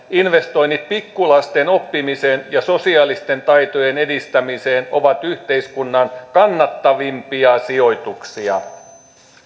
investoinnit pikkulasten oppimiseen ja sosiaalisten taitojen edistämiseen ovat yhteiskunnan kannattavimpia sijoituksia